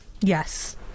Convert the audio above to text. yes